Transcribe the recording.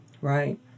Right